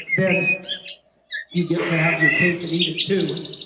then you can have your cake and eat it too.